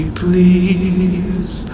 please